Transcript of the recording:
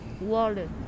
Wallet